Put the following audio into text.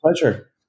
pleasure